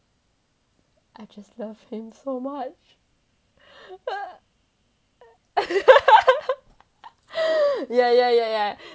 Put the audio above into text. I just love him so much ya ya ya ya